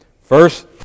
First